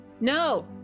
No